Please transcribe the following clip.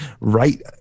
right